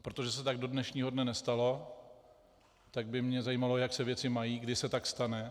Protože se tak do dnešního dne nestalo, tak by mě zajímalo, jak se věci mají, kdy se tak stane.